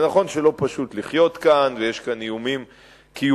זה נכון שלא פשוט לחיות כאן ויש כאן איומים קיומיים,